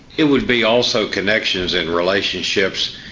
it would be also connections in relationships.